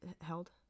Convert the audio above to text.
held